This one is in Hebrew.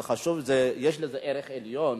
זה חשוב, יש לזה ערך עליון,